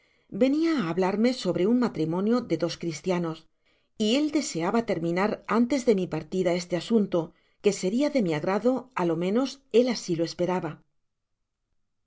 venia á hablarme sobre un matrimonio de dos cristianos y él deseaba terminar antes de mi partida este asunto queseria de mi agrado á lo menos él asi lo esperaba